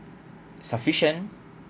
sufficient